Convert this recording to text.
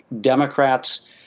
Democrats